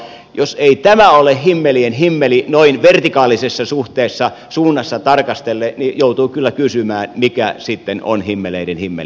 jos tämä ei ole himmelien himmeli noin vertikaalisessa suunnassa tarkastellen niin joutuu kyllä kysymään mikä sitten on himmeleiden himmeli